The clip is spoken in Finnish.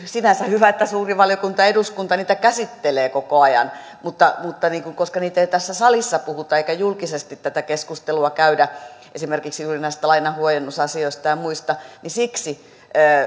sinänsä hyvä että suuri valiokunta eduskunta näitä asioita käsittelee koko ajan mutta mutta koska niistä ei tässä salissa puhuta eikä julkisesti tätä keskustelua käydä esimerkiksi juuri näistä lainanhuojennusasioista ja ja muista niin siksi